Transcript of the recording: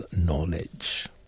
knowledge